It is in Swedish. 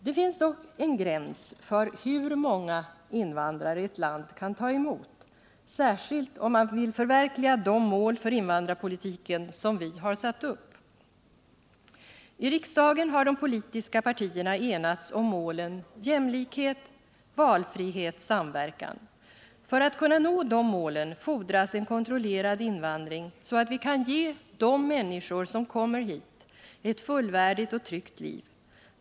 Det finns dock en gräns för hur många invandrare ett land kan ta emot, särskilt om man vill förverkliga de mål för invandrarpolitiken som vi har satt upp. I riksdagen har de politiska partierna enats om målen jämlikhet, valfrihet, samverkan. För att kunna nå de målen fordras en kontrollerad invandring, så att vi kan ge de människor som kommer hit ett fullvärdigt och tryggt liv.